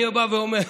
אני בא ואומר,